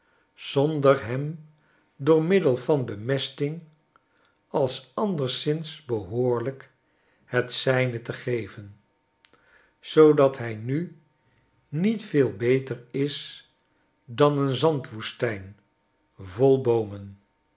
zonder hem door middel van bemesting als anderszins behoorlijk het zijne te geven zoodat hij nu niet veel beter is dan een zandwoestijn vol boomen